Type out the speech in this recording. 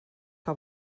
que